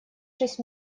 шесть